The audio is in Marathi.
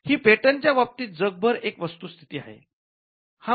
ही पेटंट च्या बाबतीत जगभर एक वस्तुस्थिती आहे